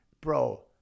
bro